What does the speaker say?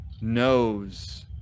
knows